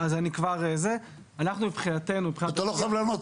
אתה לא חייב לענות,